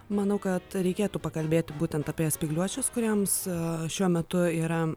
manau kad reikėtų pakalbėti būtent apie spygliuočius kuriems šiuo metu yra